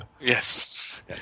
Yes